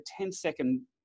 10-second